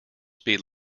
speed